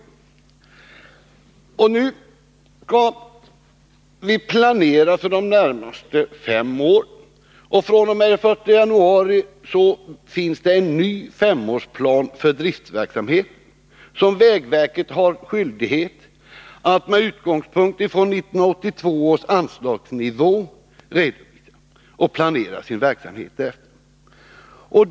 Nu skall vi planera för de närmaste fem åren. fr.o.m. den 1 januari finns det en ny femårsplan för driftverksamheten som vägverket, med utgångspunkt i 1982 års anslagsnivå, har skyldighet att planera sin verksamhet efter.